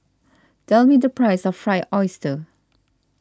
tell me the price of Fried Oyster